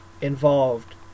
involved